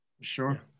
Sure